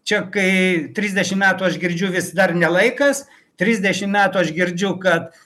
čia kai trisdešimt metų aš girdžiu vis dar ne laikas trisdešimt metų aš girdžiu kad